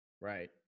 Right